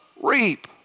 reap